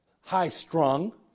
high-strung